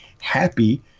happy